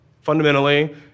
Fundamentally